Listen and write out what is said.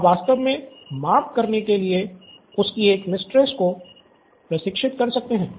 तो आप वास्तव में माप करने के लिए उसकी एक मिस्ट्रेस्स को प्रशिक्षित कर सकते हैं